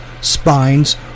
spines